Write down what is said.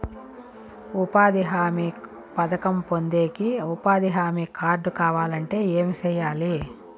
ఉపాధి హామీ పథకం పొందేకి ఉపాధి హామీ కార్డు కావాలంటే ఏమి సెయ్యాలి?